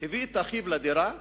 הביא את אחיו לדירה,